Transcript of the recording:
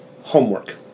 homework